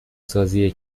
سازی